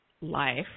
life